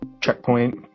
checkpoint